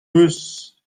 eus